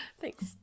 Thanks